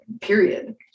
period